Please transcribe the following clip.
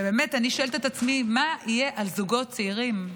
ואני שואלת את עצמי מה יהיה על זוגות צעירים?